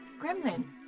Gremlin